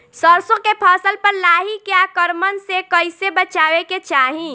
सरसो के फसल पर लाही के आक्रमण से कईसे बचावे के चाही?